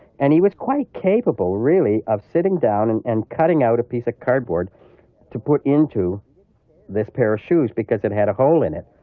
and he was quite capable really of sitting down and and cutting out a piece of cardboard to put into this pair of shoes because it had a hole in it.